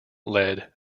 lead